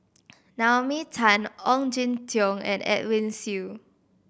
Naomi Tan Ong Jin Teong and Edwin Siew